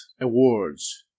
awards